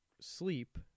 sleep